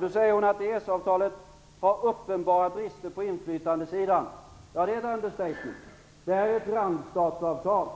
Nu säger hon att EES-avtalet har uppenbara brister på inflytandesidan. Ja, det är en underdrift. Det är ju ett randstatsavtal.